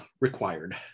required